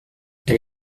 elle